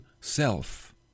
self